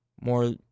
more